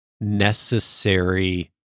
necessary